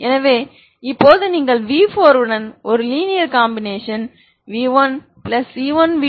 எனவே இப்போது நீங்கள் v4 உடன் ஒரு linear combination v1 c1v2 c2u3